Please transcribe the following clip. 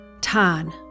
Tan